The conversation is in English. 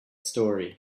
story